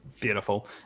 Beautiful